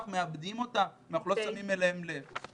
אנחנו מאבדים אותם, אנחנו לא שמים אליהם לב.